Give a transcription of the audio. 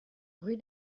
rue